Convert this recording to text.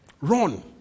run